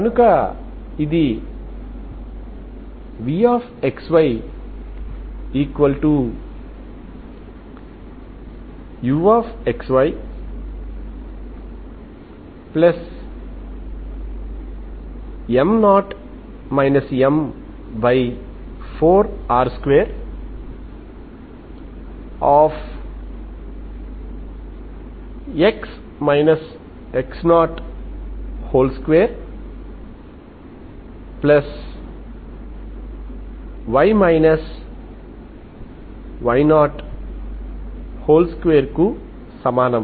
కనుక ఇది vxyuxyM0 M4R2x x02y y02కు సమానం